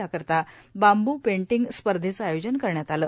याकरिता bamboo painting स्पर्धेचं आयोजन करण्यात आलं